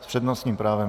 S přednostním právem.